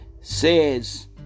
says